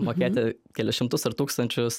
mokėti kelis šimtus ar tūkstančius